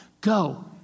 go